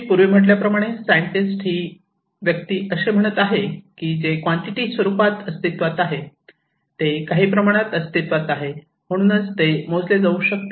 मी पूर्वी म्हटल्याप्रमाणे सायंटिस्ट ही व्यक्ती असे म्हणत आहे की जे कॉन्टिटी स्वरूपात अस्तित्वात आहे काही प्रमाणात अस्तित्वात आहे म्हणूनच ते मोजले जाऊ शकते